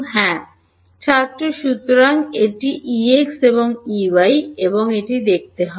হ্যাঁ ছাত্র সুতরাং আপনি এটি Ex এবং Ey এবং এটি দেখতে হবে